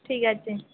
ঠিক আছে